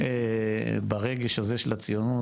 ברגש הזה של הציונות,